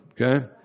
Okay